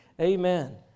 Amen